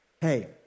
hey